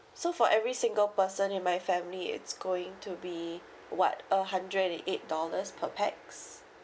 so for every single person in my family it's going to be what a hundred and eight dollars per pax